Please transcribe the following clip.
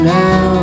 now